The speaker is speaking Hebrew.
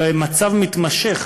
אלא הם מצב מתמשך